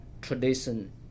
tradition